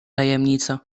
tajemnica